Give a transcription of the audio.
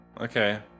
Okay